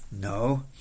No